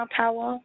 power